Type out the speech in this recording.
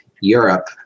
Europe